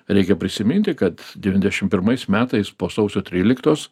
reikia prisiminti kad devyndešimt pirmais metais po sausio tryliktos